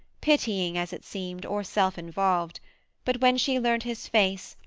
pitying as it seemed, or self-involved but when she learnt his face,